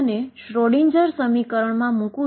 અને ψ x 0 0 જે B0 સૂચવે છે